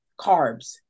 carbs